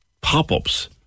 pop-ups